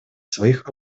своих